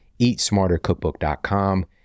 eatsmartercookbook.com